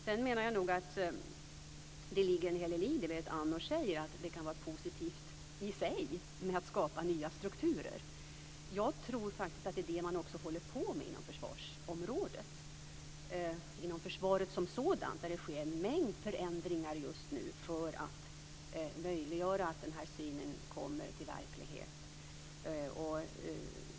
Sedan menar jag nog att det ligger en hel del i det som Berit Andnor säger. Det kan vara positivt i sig att skapa nya strukturer. Jag tror faktiskt att det också är det som man håller på med inom försvarsområdet. Inom försvaret som sådant sker det en mängd förändringar just nu för att möjliggöra att den här synen blir verklighet.